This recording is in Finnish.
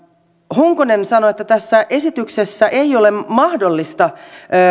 honkonen sanoi että tässä esityksessä ei ole mahdollista